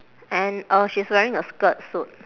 and uh she's wearing a skirt suit